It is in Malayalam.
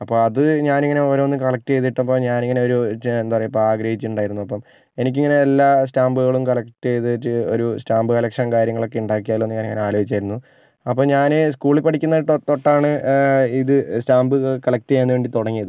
അപ്പോൾ അത് ഞാൻ ഇങ്ങനെ ഓരോന്നും കളക്ട് ചെയ്ത് കിട്ടുമ്പം ഞാൻ ഇങ്ങനെ ഒരു എന്താ പറയുക ഇപ്പം ആഗ്രഹിച്ചിട്ടുണ്ടായിരുന്നു അപ്പം എനിക്ക് ഇങ്ങനെ എല്ലാ സ്റ്റാമ്പുകളും കളക്ട് ചെയ്തിട്ട് ഒരു സ്റ്റാമ്പ് കളക്ഷൻ കാര്യങ്ങൾ ഒക്കെ ഉണ്ടാക്കിയാലോയെന്ന് ഞാൻ ഇങ്ങനെ ആലോചിച്ചായിരുന്നു അപ്പോൾ ഞാൻ സ്കൂളിൽ പഠിക്കുന്ന ടോ തൊട്ടാണ് ഇത് സ്റ്റാമ്പ് കളക്ട് ചെയ്യാൻ വേണ്ടി തുടങ്ങിയത്